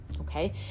Okay